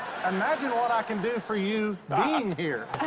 imagine what i can do for you being here. oh,